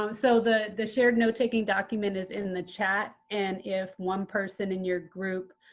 um so the the shared note taking document is in the chat and if one person in your group